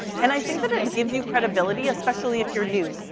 and i think that it gives you credibility, especially if you're new,